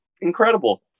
incredible